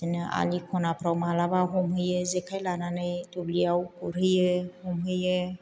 बिदिनो आलि ख'नाफ्राव माब्लाबा हमहैयो जेखाइ लानानै दुब्लियाव गुरहैयो हमहैयो